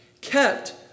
kept